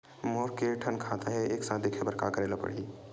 मोर के थन खाता हे एक साथ देखे बार का करेला पढ़ही?